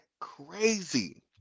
crazy